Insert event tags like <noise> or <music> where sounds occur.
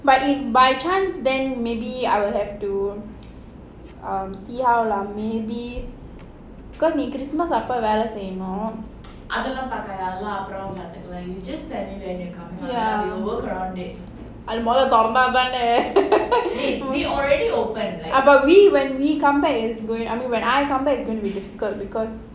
but if by chance then maybe I will have to um see how lah maybe because christmas வேல செய்யனும்:vela seyyanum ya அதெல்லாம் பார்க்காத அதெல்லாம் அப்புறம் பார்த்துக்கலாம்:adhelaam paarkaatha adhelaam apuram paarthukkalaam <laughs> ah but we when we come back it's going I mean when I come back it's going to be difficult because